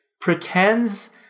pretends